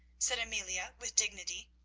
said amelia with dignity.